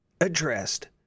addressed